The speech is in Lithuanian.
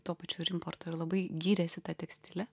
tuo pačiu ir importo ir labai gyrėsi ta tekstile